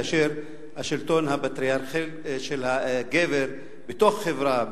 כאשר השלטון הפטריארכלי של הגבר בתוך החברה,